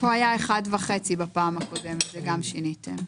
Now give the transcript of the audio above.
פה היה 1.5 בפעם הקודמת ושיניתם.